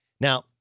Now